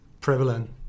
prevalent